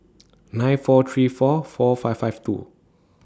nine four three four four five five two